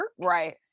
Right